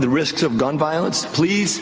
the risks of gun violence please